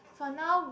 for now